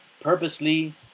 purposely –